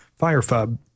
FireFub